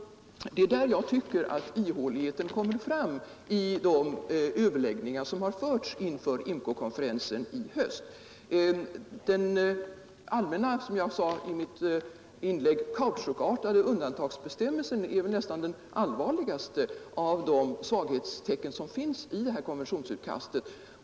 Det är där jag tycker att ihåligheten kommer fram i de överläggningar som har förts inför IMCO-konferensen i höst. Den allmänna och, som jag sade i mitt förra inlägg, kautschukartade undantagsbestämmelsen är väl det allvarligaste av de svaghetstecken som finns i konventionsutkastet.